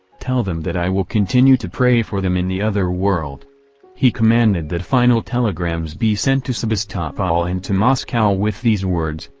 tell them that i will continue to pray for them in the other world he commanded that final telegrams be sent to sebastopol and to moscow with these words,